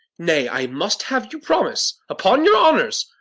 nay, i must have you promise upon your honours,